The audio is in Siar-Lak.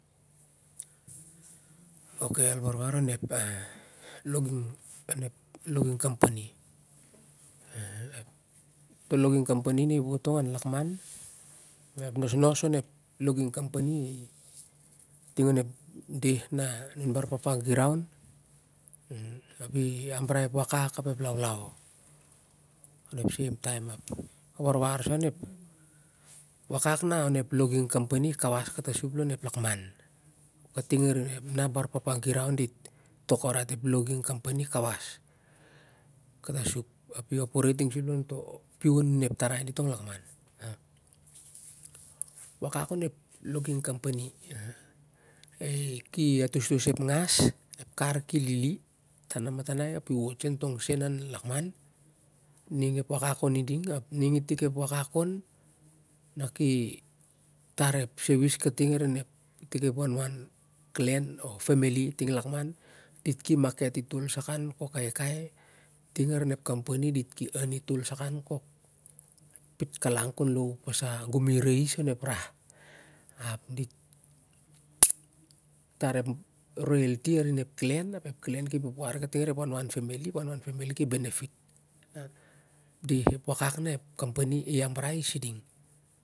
Okay al warwar onep a logging, logging company to nosnos onep logging an mi wof tong lakman an ep deh na nun bar papa giraun ap i embrace ep wakak ap ep laulau onep save taim ap a war war sa nep wakak onep logging company na i kawas kata sup lon ep lakman kating arim ep na bar papa giraun dit tok orait logging company kawas katasup ap i operate ting sip lon ep pilianun ep tarai dit tong lakman wakak oonep logging company ki atostos ep ngas ep kar ki lili tan namatanai a i wot seu tong seu au lakman ning ep wakak on ding ap ning ap ning i lik ep wakak on naki tar ep senis ting arim ep campaign dit ki toloi kok pitkalang kon low itik a gumi nais kon ep rak ap dit ki tan ep roelti anin ep klen ap ep klem ki pupuar i kating arin ep warwar femely ap ep warwar femely dit ki benefit ep wakak na ep company i ambrai i siding